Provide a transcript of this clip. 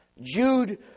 Jude